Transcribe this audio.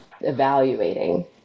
evaluating